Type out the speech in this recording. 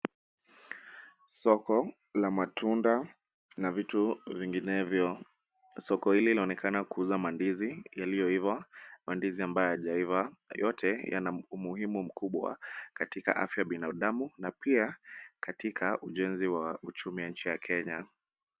Soko la matunda na vitu vinginevyo. Soko hili laonekana kuuza mandizi yaliyoiva, mandizi ambayo hajaiva, yote yana umuhimu mkubwa katika afya ya binadamu na pia katika ujenzi wa uchumi ya nchi ya Kenya.